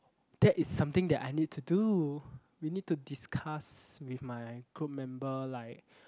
that is something that I need to do we need to discuss with my group member like